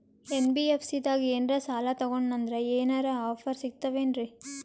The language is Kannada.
ಎನ್.ಬಿ.ಎಫ್.ಸಿ ದಾಗ ಏನ್ರ ಸಾಲ ತೊಗೊಂಡ್ನಂದರ ಏನರ ಆಫರ್ ಸಿಗ್ತಾವೇನ್ರಿ?